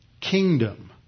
kingdom